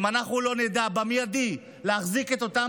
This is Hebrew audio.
ואם אנחנו לא נדע במיידי להחזיק את אותם